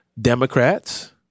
Democrats